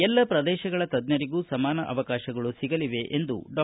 ಎಲ್ಲ ಪ್ರದೇಶಗಳ ತಜ್ಞರಿಗೂ ಸಮಾನ ಅವಕಾಶಗಳು ಸಿಗಲಿವೆ ಎಂದು ಡಾ